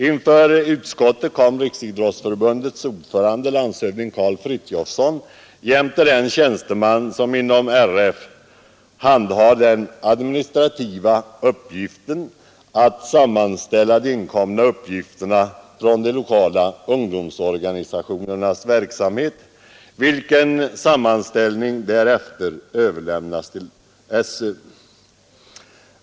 Till utskottet kom Riksidrottsförbundets ordförande landshövding Karl Frithiofson jämte den tjänsteman som inom RF har den administrativa uppgiften att sammanställa de inkomna uppgifterna från de lokala ungdomsorganisationernas verksamhet, vilken sammanställning därefter överlämnas till SÖ.